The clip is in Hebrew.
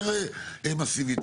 יותר מסיבית,